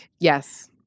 Yes